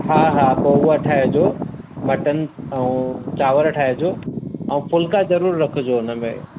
हा हा पोइ उहो ठाहिजो मटन ऐं चांवर ठाहिजो ऐं फुल्का ज़रूरु रखिजो हुन में